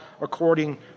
according